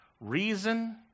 reason